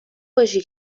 باشی